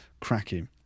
Cracking